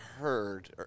heard